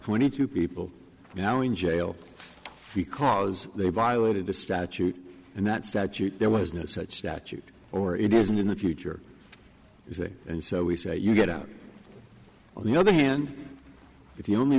twenty two people now in jail because they violated a statute and that statute there was no such statute or it isn't in the future and so we say you get out on the other hand if the only